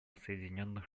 соединенных